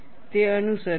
તે અનુસરે છે